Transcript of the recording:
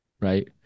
right